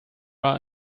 are